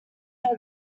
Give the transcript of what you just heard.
had